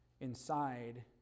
inside